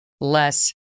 less